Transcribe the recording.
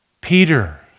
Peter